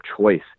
choice